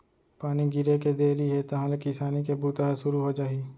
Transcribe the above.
पानी गिरे के देरी हे तहॉं ले किसानी के बूता ह सुरू हो जाही